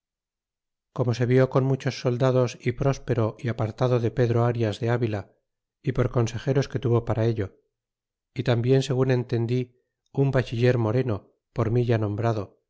como se vi con muchos soldados y próspero y apartado del pedro arias de avila y por consejeros que tuvo para ello y tamhien segun entendi un bachiller moreno por mi ya nombrado